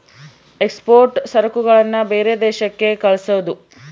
export ಸರಕುಗಳನ್ನ ಬೇರೆ ದೇಶಕ್ಕೆ ಕಳ್ಸೋದು